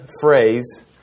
phrase